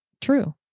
true